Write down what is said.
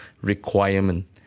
requirement